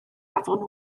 afon